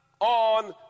on